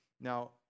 Now